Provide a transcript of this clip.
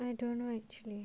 I don't know actually